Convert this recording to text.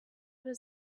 does